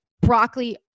broccoli